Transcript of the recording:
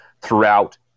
throughout